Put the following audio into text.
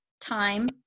time